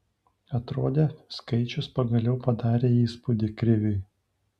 atrodė skaičius pagaliau padarė įspūdį kriviui